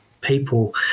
people